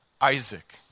Isaac